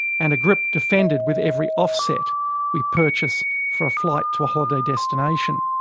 and a grip defended with every offset we purchase for a flight to a holiday destination.